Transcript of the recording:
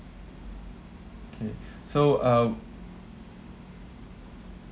okay so uh